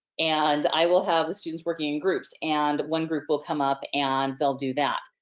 and, i will have the students working in groups. and, one group will come up, and they'll do that.